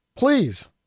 Please